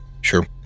Sure